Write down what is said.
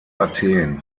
athen